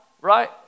right